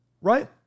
Right